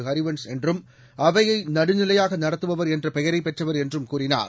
ஹரிவன்ஷ் என்றும் அவையை நடுநிலையாக நடத்தபவர் என்ற பெயரை பெற்றவர் என்றும் கூறினார்